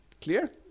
clear